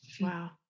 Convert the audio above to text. wow